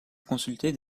consulter